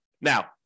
Now